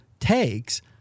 takes